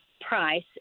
price